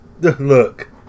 Look